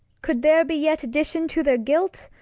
cou'd there be yet addition to their guilt?